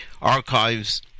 archives